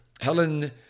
Helen